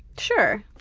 sure.